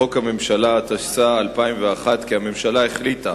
לחוק הממשלה, התשס"א 2001, כי הממשלה החליטה,